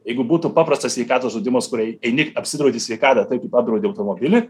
jeigu būtų paprastas sveikatos draudimas kur eini apsidraudi sveikatą taip kaip apdraudi automobilį